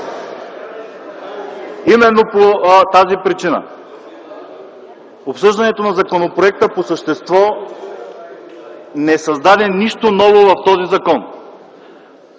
именно по тази причина – обсъждането на законопроекта по същество не създаде нищо ново в този закон.